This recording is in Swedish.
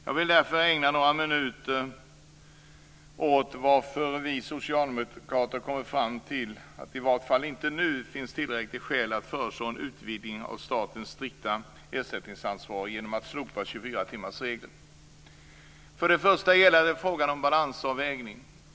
Jag vill därför ägna några minuter åt att tala om varför vi socialdemokrater har kommit fram till att det i varje fall inte nu finns tillräckliga skäl att föreslå en utvidgning av statens strikta ersättningsansvar genom att slopa 24-timmarsregeln. För det första gäller det frågan om balansavvägning.